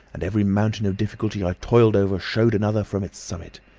and every mountain of difficulty i toiled over showed another from its summit.